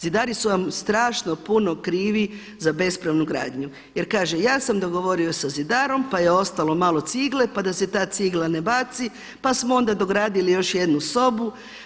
Zidari su vam strašno puno krivi za bespravnu gradnju jer kaže, ja sam dogovorio sa zidarom pa je ostalo malo cigle pa da se ta cigla ne baci, pa smo onda dogradili još jednu sobu.